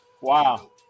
Wow